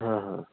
हाँ हाँ